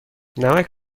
نمک